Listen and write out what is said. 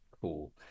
cool